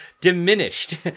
diminished